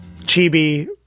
chibi